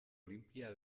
olimpia